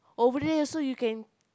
over there also you can